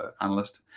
analyst